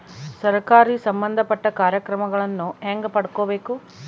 ಸರಕಾರಿ ಸಂಬಂಧಪಟ್ಟ ಕಾರ್ಯಕ್ರಮಗಳನ್ನು ಹೆಂಗ ಪಡ್ಕೊಬೇಕು?